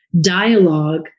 dialogue